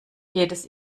jedes